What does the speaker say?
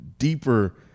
deeper